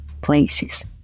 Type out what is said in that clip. places